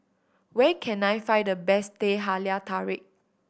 where can I find the best Teh Halia Tarik